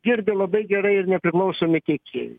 girdi labai gerai ir nepriklausomi tiekėjai